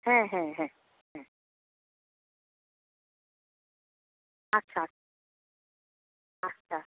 হ্যাঁ হ্যাঁ হ্যাঁ হ্যাঁ আচ্ছা আচ্ছা